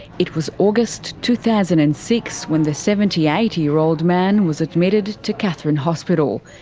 it was august two thousand and six when the seventy eight year old man was admitted to katherine hospital.